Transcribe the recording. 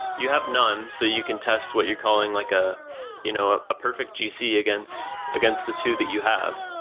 you have none, so you can test what you're calling like ah you know ah a perfect gc against against the two that you have.